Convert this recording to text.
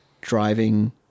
driving